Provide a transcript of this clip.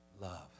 love